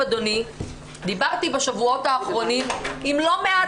דיברתי בשבועות האחרונים עם לא מעט